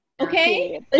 Okay